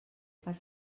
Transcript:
per